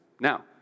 Now